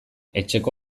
etxeko